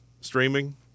Streaming